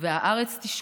"והארץ תשקוט,